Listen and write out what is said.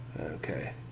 Okay